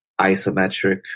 isometric